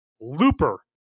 Looper